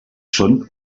són